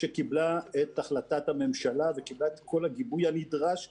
שקיבלה את החלטת הממשלה וקיבלה את כל הגיבוי הנדרש המחויב,